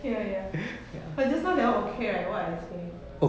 ya ya ya but just now that one okay right what I say